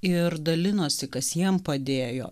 ir dalinosi kas jiem padėjo